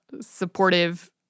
supportive